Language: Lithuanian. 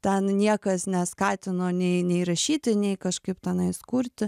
ten niekas neskatino nei nei rašyti nei kažkaip tenais kurti